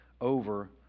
over